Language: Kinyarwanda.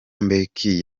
mbeki